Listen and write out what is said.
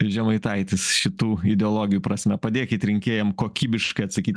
žemaitaitis šitų ideologijų prasme padėkit rinkėjam kokybiškai atsakyt